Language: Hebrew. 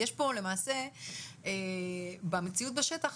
כי יש במציאות בשטח,